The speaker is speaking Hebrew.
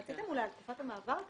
רציתם אולי לשמוע על תקופת המעבר?